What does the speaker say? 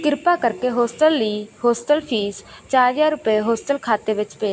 ਕਿਰਪਾ ਕਰਕੇ ਹੋਸਟਲ ਲਈ ਹੋਸਟਲ ਫ਼ੀਸ ਚਾਰ ਹਜ਼ਾਰ ਰੁਪਏ ਹੋਸਟਲ ਖਾਤੇ ਵਿੱਚ ਭੇਜ